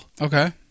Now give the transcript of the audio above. Okay